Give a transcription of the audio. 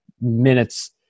minutes